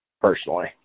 personally